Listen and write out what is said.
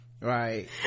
Right